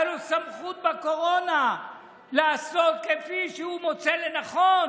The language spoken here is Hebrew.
הייתה לו סמכות בקורונה לעשות כפי שהוא מוצא לנכון,